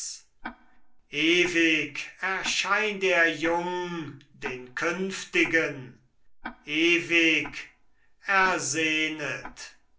ewig erscheint er jung den künftigen ewig ersehnet